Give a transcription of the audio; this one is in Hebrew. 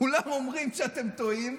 כולם אומרים שאתם טועים,